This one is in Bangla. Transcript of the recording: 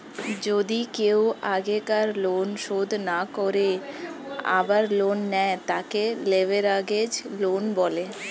যদি কেও আগেকার লোন শোধ না করে আবার লোন নেয়, তাকে লেভেরাগেজ লোন বলে